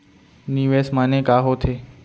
निवेश माने का होथे?